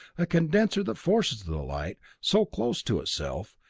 a condenser that forces the light so close to itself,